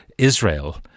Israel